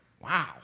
wow